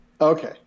Okay